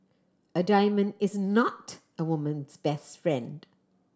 a diamond is not a woman's best friend